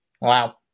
Wow